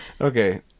Okay